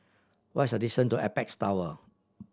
what is the distant to Apex Tower